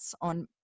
on